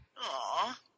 Aw